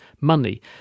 money